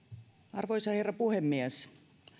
arvoisa herra puhemies